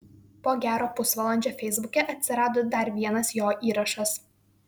po gero pusvalandžio feisbuke atsirado dar vienas jo įrašas